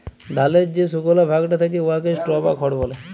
ধালের যে সুকলা ভাগটা থ্যাকে উয়াকে স্ট্র বা খড় ব্যলে